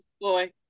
boy